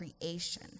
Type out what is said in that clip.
creation